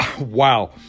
Wow